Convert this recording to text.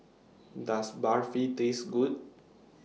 Does Barfi Taste Good